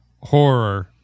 horror